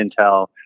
Intel